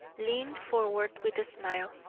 leaned forward with a smile,